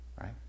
right